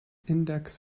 index